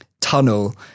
tunnel